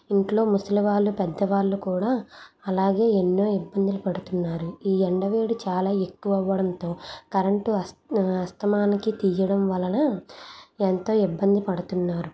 ఇంట్లో ముసలి వాళ్ళు పెద్దవాళ్ళు కూడా అలాగే ఎన్నో ఇబ్బందులు పడుతున్నారు ఈ ఎండ వేడి చాలా ఎక్కువ అవ్వడంతో కరెంటు అస్త్ అస్తమానం తియ్యడం వలన ఎంతో ఇబ్బంది పడతున్నారు